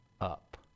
up